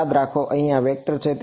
યાદ રાખો અહીં આ વેક્ટર છે